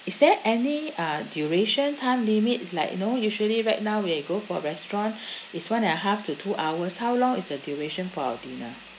is there any uh duration time limit like you know usually right now when you go for restaurant it's one and half to two hours how long is the duration for our dinner